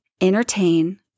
entertain